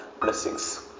blessings